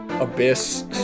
Abyss